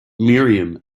miriam